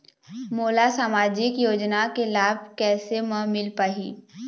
मोला सामाजिक योजना के लाभ कैसे म मिल पाही?